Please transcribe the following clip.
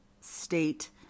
state